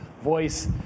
voice